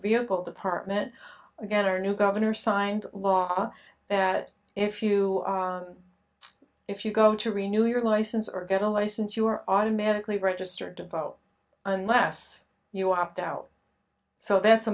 vehicle department again our new governor signed a law that if you if you go to renu your license or get a license you are automatically registered to vote unless you opt out so that's a